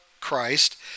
Christ